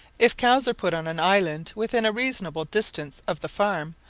if cows are put on an island within a reasonable distance of the farm,